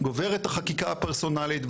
גוברת החקיקה הפרסונלית,